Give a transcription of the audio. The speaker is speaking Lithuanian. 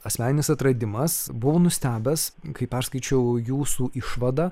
asmeninis atradimas buvau nustebęs kai perskaičiau jūsų išvadą